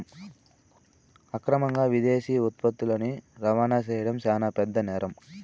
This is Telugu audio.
అక్రమంగా విదేశీ ఉత్పత్తులని రవాణా చేయడం శాన పెద్ద నేరం